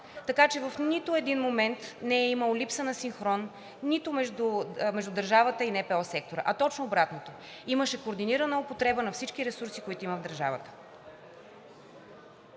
така че в нито един момент не е имало липса на синхрон между държавата и НПО сектора, а точно обратното – имаше координирана употреба на всички ресурси, които има в държавата.